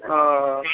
ओ